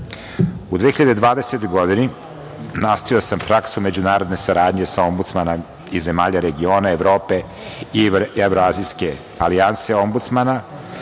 2020. godini, nastavio sam praksu Međunarodne saradnje sa ombudsmana iz zemalja i regiona Evrope i Evroazijske alijanse ombudsmana,